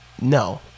No